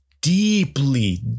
deeply